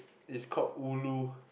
is called ulu